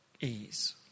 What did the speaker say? ease